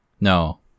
No